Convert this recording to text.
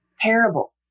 parable